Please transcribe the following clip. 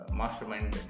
mastermind